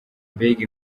mbega